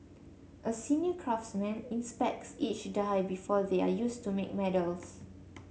a senior craftsman inspects each die before they are used to make medals